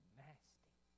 nasty